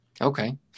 Okay